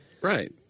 Right